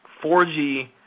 4G